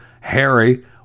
Harry